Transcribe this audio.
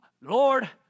Lord